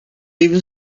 even